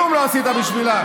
כלום לא עשית בשבילם.